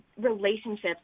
relationships